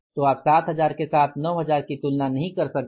तो आप 7000 के साथ 9000 की तुलना नहीं कर सकते